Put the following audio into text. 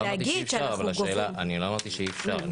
לא אמרתי שאי אפשר.